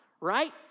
right